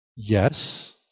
Yes